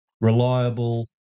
reliable